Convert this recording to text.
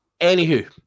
Anywho